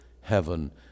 heaven